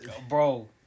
Bro